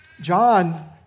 John